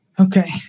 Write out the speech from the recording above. Okay